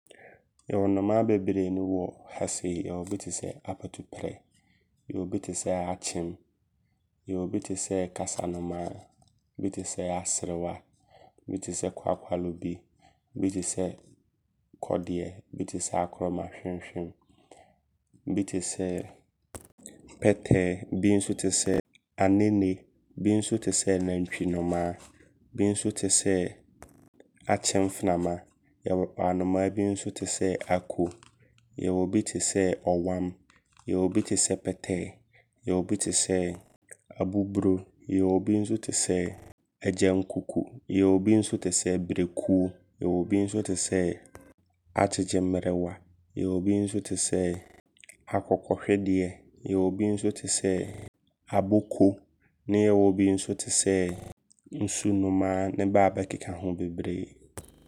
Yɛwɔ nnomaa bebree ne wɔ ha sei. Yɛwɔ bi tesɛ apatuprɛ. Yɛwɔ bi tesɛ akyem. Yɛwɔ bi tesɛ kasanoma. Bi tesɛ aserewa. Bi tesɛ kwaakwaalobi Bi tesɛ kɔdeɛ Bi tesɛ akorɔma hwimhwim. Bi tesɛ pɛtɛ. Bi tesɛ anene. Bi nso tesɛ. nantwinomaa. Bi nso tesɛ akyemframa. Yɛwɔ anomaa bii nso tesɛ Ako. Yɛwɔ bi tesɛ ɔwam. Yɛwɔ bi tesɛ pɛtɛɛ Yɛwɔ bi tesɛ abuburo. Yɛwɔ bi nso tesɛ agyankuku. Yɛwɔ bi nso tesɛ birekuo. Yɛwɔ bi nso tesɛ agyegyemmerewa. Yɛwɔ bi nso tesɛ akokɔhwedeɛ. Yɛwɔ bi nso tesɛ aboko. Ne yɛwɔ bi nso tesɛ nsunomaa ne bɛ a bɛkeka ho bebree.